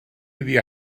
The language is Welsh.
iddi